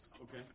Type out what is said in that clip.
Okay